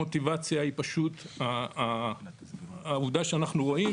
המוטיבציה היא פשוט העובדה שאנחנו רואים